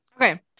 Okay